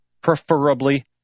preferably